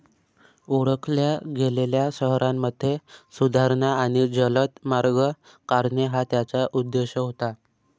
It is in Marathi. ओळखल्या गेलेल्या शहरांमध्ये सुधारणा आणि जलद मार्ग काढणे हा त्याचा उद्देश होता